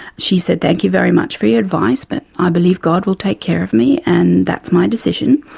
she said, thank you very much for your advice, but i believe god will take care of me, and that's my decision.